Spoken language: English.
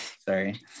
Sorry